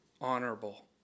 honorable